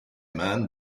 man